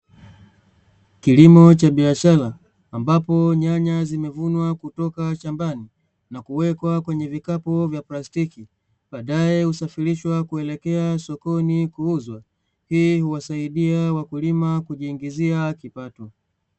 Kilimo cha biashara ambapo nyanya zimevunwa kutoka shambani na kuwekwa kwenye vikapu vya plastiki, baadae husafirishwa kuelekea sokoni kuuzwa. Hii huwasaidia wakulima kujiingizia kipato.